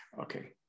Okay